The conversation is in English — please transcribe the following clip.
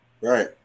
right